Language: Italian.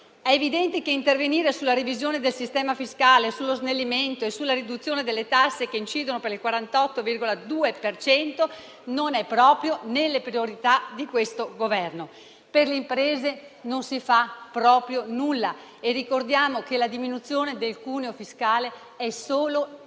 È evidente che intervenire sulla revisione del sistema fiscale, sullo snellimento e sulla riduzione delle tasse che incidono per il 48,2 per cento non è proprio nelle priorità di questo Governo. Per le imprese non si fa proprio nulla, e ricordiamo che la diminuzione del cuneo fiscale è solo per